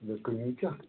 نَہ کمی کیٛاہ